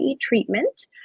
treatment